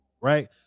right